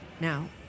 Now